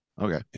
Okay